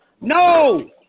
No